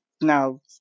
Now